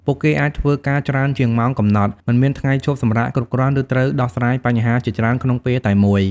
ពួកគេអាចធ្វើការច្រើនជាងម៉ោងកំណត់ មិនមានថ្ងៃឈប់សម្រាកគ្រប់គ្រាន់ ឬត្រូវដោះស្រាយបញ្ហាជាច្រើនក្នុងពេលតែមួយ។